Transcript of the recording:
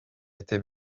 était